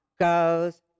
goes